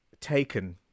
Taken